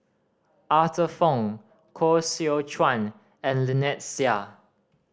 Arthur Fong Koh Seow Chuan and Lynnette Seah